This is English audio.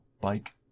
bike